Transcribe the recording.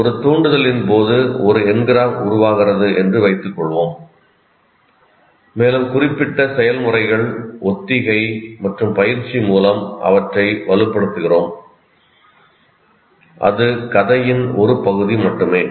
ஒரு தூண்டுதலின் போது ஒரு என்கிராம் உருவாகிறது என்று வைத்துக் கொள்வோம் மேலும் குறிப்பிட்ட செயல்முறைகள் ஒத்திகை மற்றும் பயிற்சி மூலம் அவற்றை வலுப்படுத்துகிறோம் அது கதையின் ஒரு பகுதி மட்டுமே